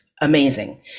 amazing